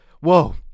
Whoa